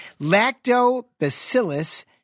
Lactobacillus